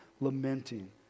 lamenting